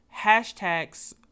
hashtags